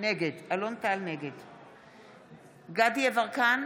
נגד דסטה גדי יברקן,